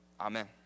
Amen